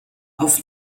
auf